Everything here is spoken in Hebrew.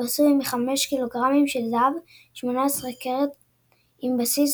והוא עשוי מ-5 קילוגרמים של זהב 18 קרט עם בסיס